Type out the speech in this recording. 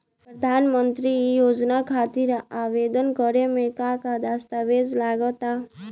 प्रधानमंत्री योजना खातिर आवेदन करे मे का का दस्तावेजऽ लगा ता?